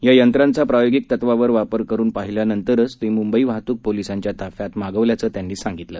या यंत्रांचा प्रायोगिक तत्वावर वापर करून पाहिल्यानंतरच ती मुंबई वाहतूक पोलिसांच्या ताफ्यात मागवल्याचं त्यांनी सांगितलं